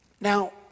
Now